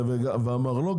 והמרלו"ג,